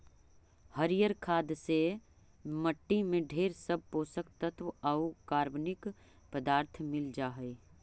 हरियर खाद से मट्टी में ढेर सब पोषक तत्व आउ कार्बनिक पदार्थ मिल जा हई